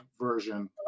version